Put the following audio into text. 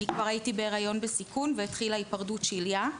אני כבר הייתי בהריון בסיכון והתחילה היפרדות שלייה.